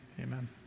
amen